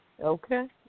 Okay